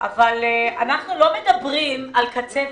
אנחנו לא מדברים על קצפת,